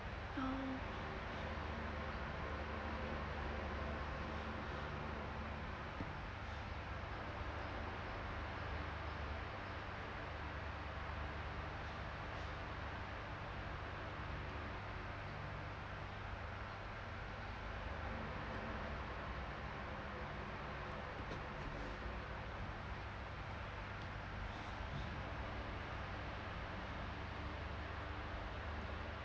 oh um